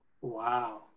Wow